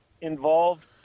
involved